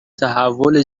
تحول